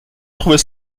trouvait